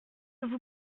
vous